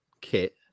kit